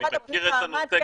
אני מכיר את הנושא כי פונים אלי.